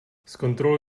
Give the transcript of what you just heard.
zkontroluj